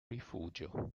rifugio